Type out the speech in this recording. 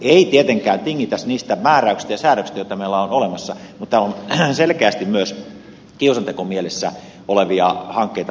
ei tietenkään tingittäisi niistä määräyksistä ja säädöksistä joita meillä on olemassa mutta täällä on selkeästi myös kiusantekomielessä olevia hankkeita liikkeellä